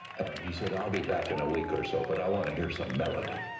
and he said, i'll be back in a week or so, but i want to hear some melody.